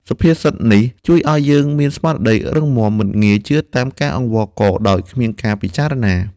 សុភាសិតនេះជួយឱ្យយើងមានស្មារតីរឹងមាំ មិនងាយជឿតាមការអង្វរករដោយខ្វះការពិចារណា។